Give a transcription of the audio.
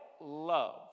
love